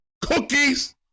Cookies